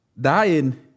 dying